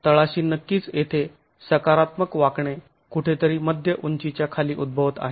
तळाशी नक्कीच येथे सकारात्मक वाकणे कुठेतरी मध्य उंचीच्या खाली उद्भवत आहे